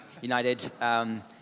United